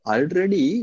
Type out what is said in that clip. Already